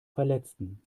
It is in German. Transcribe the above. verletzten